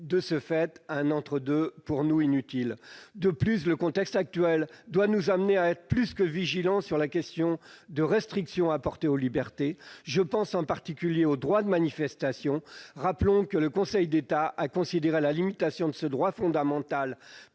de ce fait un entre-deux pour nous inutile. De plus, le contexte actuel doit nous amener à être plus que vigilants sur la question des restrictions apportées aux libertés ; je pense en particulier au droit de manifestation. Rappelons que le Conseil d'État a considéré la limitation de ce droit fondamental